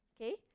Okay